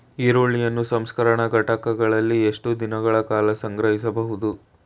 ಈರುಳ್ಳಿಯನ್ನು ಸಂಸ್ಕರಣಾ ಘಟಕಗಳಲ್ಲಿ ಎಷ್ಟು ದಿನಗಳ ಕಾಲ ಸಂಗ್ರಹಿಸಬಹುದು?